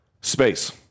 space